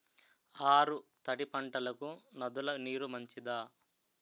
ఆరు తడి పంటలకు నదుల నీరు మంచిదా?